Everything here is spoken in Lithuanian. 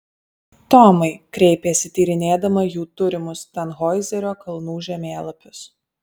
tomai kreipėsi tyrinėdama jų turimus tanhoizerio kalnų žemėlapius